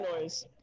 noise